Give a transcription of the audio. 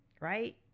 right